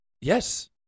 Yes